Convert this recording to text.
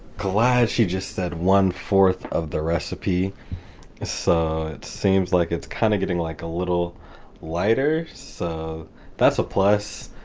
glad she just said one-fourth of the recipe so it seems kinda like it's kind of getting like a little lighter, so that's a plus.